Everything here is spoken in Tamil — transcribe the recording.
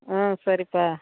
ஆ சரிப்பா